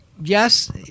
Yes